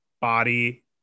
body